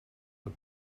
fod